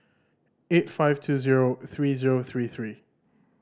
eight five two zero three zero three three